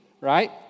right